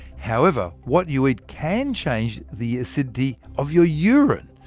however, what you eat can change the acidity of your urine.